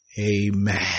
Amen